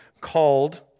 called